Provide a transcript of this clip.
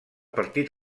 partit